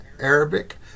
Arabic